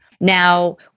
now